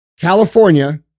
California